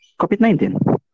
COVID-19